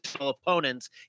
opponents